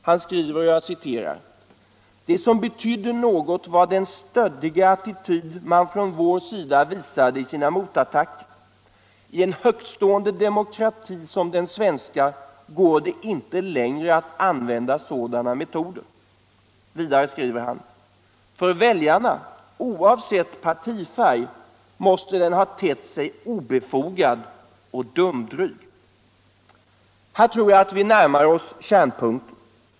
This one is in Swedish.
Han skriver: ”Det som betydde något var den stöddiga attityd man från vår sida visade i sina motattacker. I en högtstående demokrati som den svenska går det inte längre att använda sådana metoder.” Vidare skriver han: ”För väljarna — oavsett partifärg — måste den ha tett sig obefogad och dumdryg.” Här tror jag att vi närmar oss kärnpunkten.